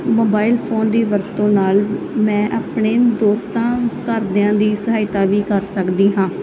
mobile phone ਦੀ ਵਰਤੋਂ ਨਾਲ ਮੈਂ ਆਪਣੇ ਦੋਸਤਾਂ ਘਰਦਿਆਂ ਦੀ ਸਹਾਇਤਾ ਵੀ ਕਰ ਸਕਦੀ ਹਾਂ